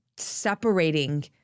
separating